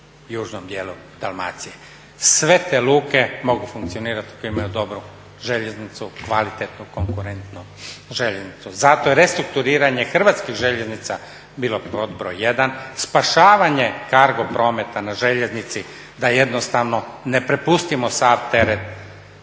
u južnom dijelu Dalmacije. Sve te luke mogu funkcionirati ako imaju dobru željeznicu, kvalitetnu, konkurentnu željeznicu. Zato je restrukturiranje hrvatskih željeznica bilo pod broj 1., spašavanje cargo prometa na željeznici da jednostavno ne prepustimo sav teret